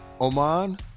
Oman